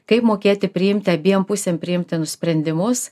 kaip mokėti priimt abiem pusėm priimtinus sprendimus